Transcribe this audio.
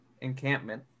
encampment